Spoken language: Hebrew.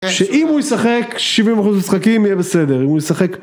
שאם הוא יישחק, 70% של המשחקים יהיה בסדר, אם הוא ישחק...